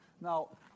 Now